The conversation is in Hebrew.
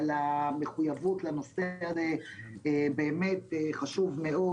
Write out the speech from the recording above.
על המחויבות לנושא שהוא באמת חשוב מאוד,